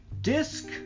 disc